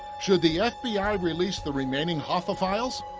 should the f b i. release the remaining hoffa files?